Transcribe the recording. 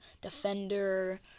defender